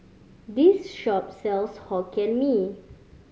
this shop sells Hokkien Mee